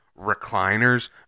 recliners